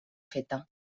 feta